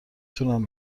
تونم